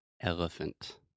Elephant